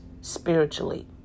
spiritually